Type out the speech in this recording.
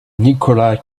nicolás